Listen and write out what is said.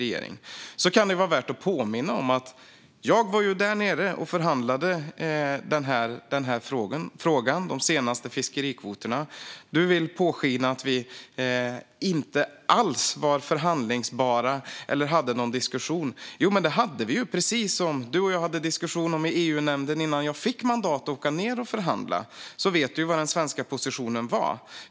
Det kan vara värt att påminna om att jag var nere och förhandlade om denna fråga och de senaste fiskekvoterna. Interpellanten vill påskina att vi inte alls var förhandlingsbara eller hade någon diskussion. Jo, det hade vi, precis som du och jag hade diskussion i EU-nämnden innan jag fick mandat att åka ned och förhandla. Du vet vad den svenska positionen var.